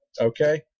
Okay